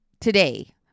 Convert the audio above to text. today